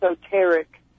esoteric